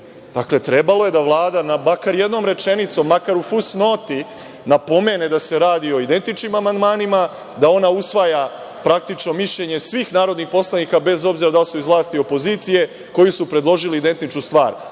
trebalo je da Vlada, makar jednom rečenicom, makar u fusnoti, napomene da se radi o identičnim amandmanima, da ona usvaja praktično mišljenje svih narodnih poslanika, bez obzira da li su iz vlasti ili opozicije, koji su predložili identičnu stvar,